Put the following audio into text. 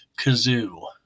kazoo